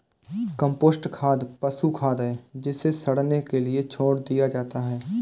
compost खाद पशु खाद है जिसे सड़ने के लिए छोड़ दिया जाता है